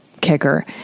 kicker